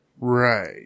Right